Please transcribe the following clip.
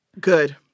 Good